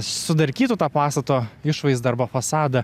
sudarkytų tą pastato išvaizdą arba fasadą